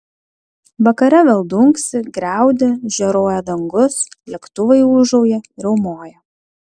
vakare vėl dunksi griaudi žėruoja dangus lėktuvai ūžauja riaumoja